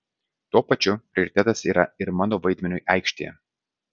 tuo pačiu prioritetas yra ir mano vaidmeniui aikštėje